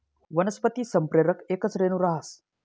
वनस्पती संप्रेरक येकच रेणू रहास